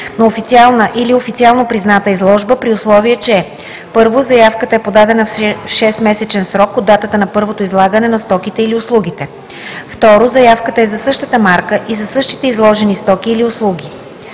на официална или официално призната изложба, при условие че: 1. заявката е подадена в 6-месечен срок от датата на първото излагане на стоките или услугите; 2. заявката е за същата марка и за същите изложени стоки или услуги;